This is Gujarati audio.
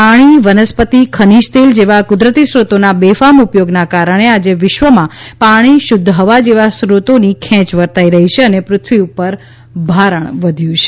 પાણી વનસ્પતિ ખનીજ તેલ જેવા કુદરતી સ્રોતોના બેફામ ઉપયોગના કારણે આજે વિશ્વમાં પાણી શુધ્ધ હવા જેવા સ્રોતોની ખેંચ વર્તાઈ રહી છે અને પૃથ્વી ઉપર ભારણ વધ્યું છે